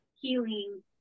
healing